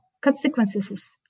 consequences